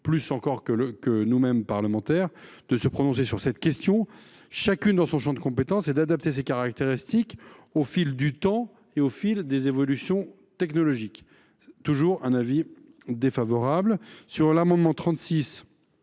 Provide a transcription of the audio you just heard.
plus encore que nous autres parlementaires, de se prononcer sur cette question, chacune selon son champ de compétences, et d’adapter ces caractéristiques au fil du temps et des évolutions technologiques. Notre avis est donc défavorable. L’amendement n°